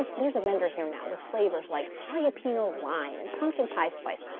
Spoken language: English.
um there's a vendor here now with flavors like jalapeno lime and pumpkin pie spice.